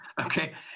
Okay